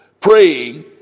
praying